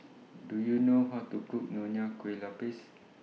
Do YOU know How to Cook Nonya Kueh Lapis